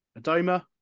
Adoma